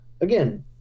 again